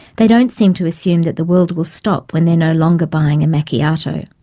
they don't seem to assume that the world will stop when they are no longer buying a macchiato.